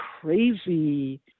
crazy